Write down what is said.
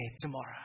tomorrow